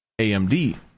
AMD